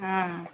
ହଁ